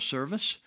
Service